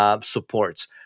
supports